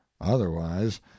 otherwise